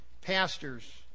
pastors